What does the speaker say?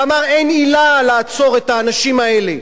ואמר, אין עילה לעצור את האנשים האלה.